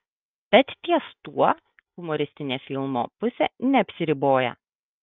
bet ties tuo humoristinė filmo pusė neapsiriboja